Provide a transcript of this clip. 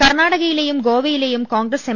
കർണാടകയിലെയും ഗോവയിലെയും കോൺഗ്രസ് എം